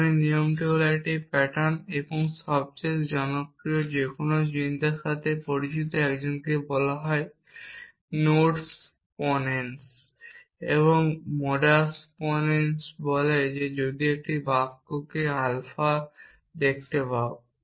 অনুমানের নিয়ম হল একটি প্যাটার্ন এবং সবচেয়ে জনপ্রিয় যে কোন চিন্তার সাথে পরিচিত একজনকে বলা হয় নোডস পোনেনস এবং মোডাস পোনেন্স বলে যে যদি সে একটি বাক্য আলফা দেখতে পায়